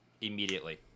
immediately